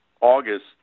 August